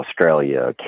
Australia